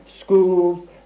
schools